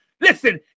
Listen